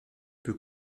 peut